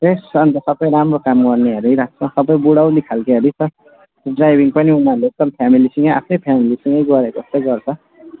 best छ नि त अन्त सबै राम्रो काम गर्नेहरू यही राख्छौँ सबै बुढ्यौली खालकेहरू छ ड्राइभिङ पनि उनीहरूले फ्यामिलीसँग आफ्नै फ्यामिलीसँग गरेको जस्तो गर्छ